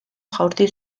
jaurti